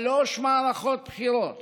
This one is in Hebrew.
שלוש מערכות בחירות